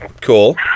Cool